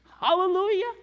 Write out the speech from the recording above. Hallelujah